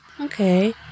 okay